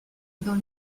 dans